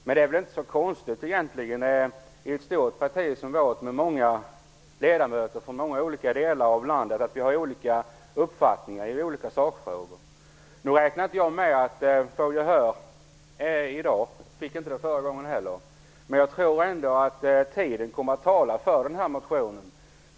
Men i ett stort parti som vårt med många ledamöter från olika delar av landet är det väl inte så konstigt att vi har skilda uppfattningar i sakfrågor. Jag räknar inte med att få gehör för motionen i dag. Jag fick inte det förra gången heller. Men jag tror ändå att tiden kommer att tala för motionen.